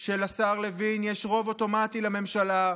של השר לוין יש רוב אוטומטי לממשלה.